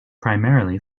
primarily